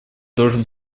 должен